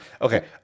okay